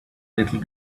little